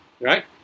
right